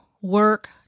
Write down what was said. work